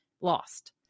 lost